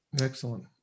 Excellent